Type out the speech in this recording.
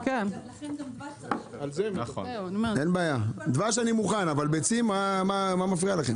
דבש אני מובן אבל ביצים מה מפריע לכם?